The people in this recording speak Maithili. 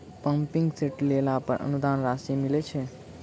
पम्पिंग सेट लेला पर अनुदान राशि मिलय छैय?